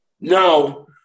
No